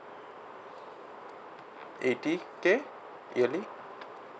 eighty K yearly